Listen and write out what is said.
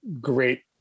great